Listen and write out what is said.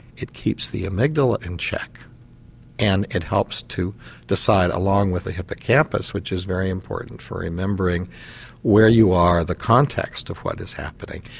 it keeps the amygdala in check and it helps to decide, along with the hippocampus which is very important for remembering where you are, the context of what is happening,